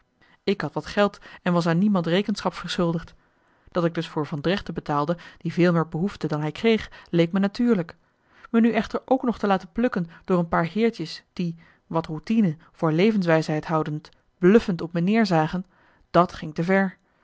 ik had wat geld en was aan niemand rekenschap verschuldigd dat ik dus voor van dregten betaalde die veel meer behoefde dan hij kreeg leek me natuurlijk me nu echter ook nog te laten plukken door een paar heertjes die wat routine voor levenswijsheid houdend bluffend op me neerzagen dat ging te ver